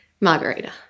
Margarita